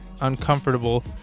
uncomfortable